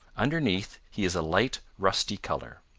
underneath he is a light, rusty color.